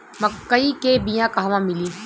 मक्कई के बिया क़हवा मिली?